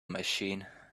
machine